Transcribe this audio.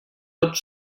tot